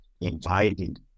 invited